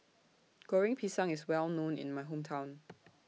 Goreng Pisang IS Well known in My Hometown